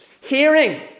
hearing